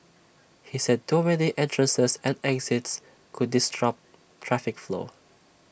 he said too many entrances and exits could disrupt traffic flow